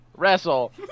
wrestle